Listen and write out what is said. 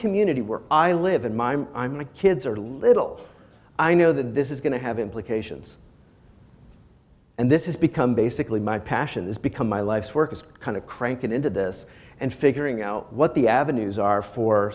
community where i live in mime i'm like kids or little i know that this is going to have implications and this has become basically my passion has become my life's work is kind of crank it into this and figuring out what the avenues are for